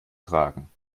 tragen